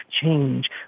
change